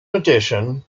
addition